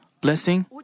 blessing